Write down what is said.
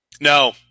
No